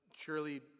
surely